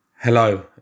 Hello